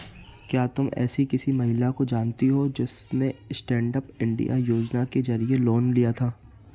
क्या तुम एसी किसी महिला को जानती हो जिसने स्टैन्डअप इंडिया योजना के जरिए लोन लिया था?